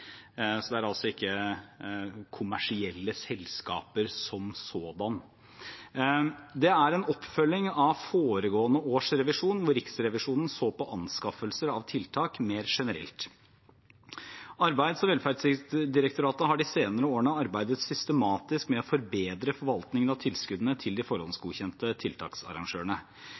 så det er altså ikke kommersielle selskaper som sådanne. Dette er en oppfølging av foregående års revisjon, hvor Riksrevisjonen så på anskaffelser av tiltak mer generelt. Arbeids- og velferdsdirektoratet har de senere årene arbeidet systematisk med å forbedre forvaltningen av tilskuddene til de forhåndsgodkjente tiltaksarrangørene.